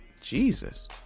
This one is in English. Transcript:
Jesus